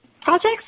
projects